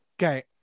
Okay